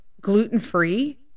gluten-free